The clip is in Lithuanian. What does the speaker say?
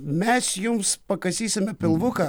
mes jums pakasysime pilvuką